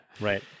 Right